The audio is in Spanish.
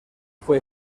fue